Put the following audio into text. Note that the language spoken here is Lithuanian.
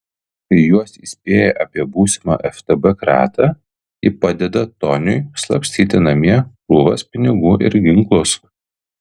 kai juos įspėja apie būsimą ftb kratą ji padeda toniui slapstyti namie krūvas pinigų ir ginklus